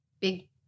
big